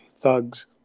thugs